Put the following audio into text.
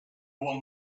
one